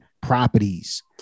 properties